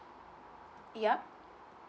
yup